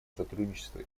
сотрудничество